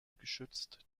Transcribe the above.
geschützt